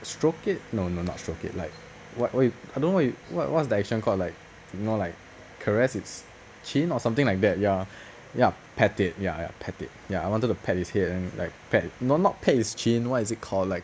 stroke it no no not stroke it like what what you'd I don't know what you'd what what's the action called like you know like caress it's chin or something like that ya ya pet it ya ya ya I wanted to pat it's head then like pet no not pet it's chin what is it called like